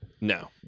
No